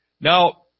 Now